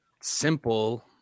simple